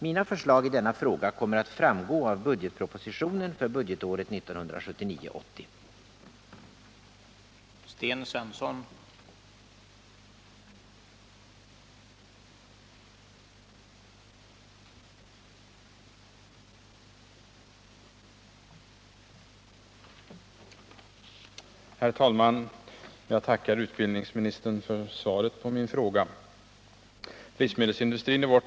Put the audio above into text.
Mina förslag i denna fråga kommer att framgå av budgetpropositionen för budgetåret 1979/80.